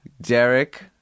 Derek